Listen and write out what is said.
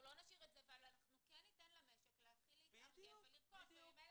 לא נשאיר את זה וכן ניתן למשק להתחיל להתארגן ולרכוש וממילא